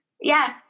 Yes